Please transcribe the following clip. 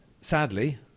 sadly